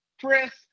Chris